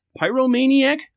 Pyromaniac